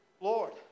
Lord